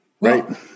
Right